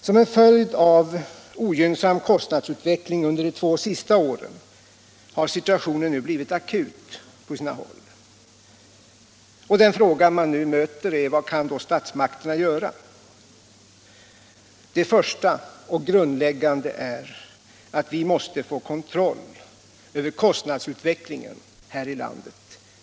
Som en följd av ogynnsam kostnadsutveckling under de två senaste åren har situationen nu blivit akut på sina håll. Den fråga man möter är vad statsmakterna då kan göra. Det första och grundläggande är att vi måste få kontroll över kostnadsutvecklingen här i landet.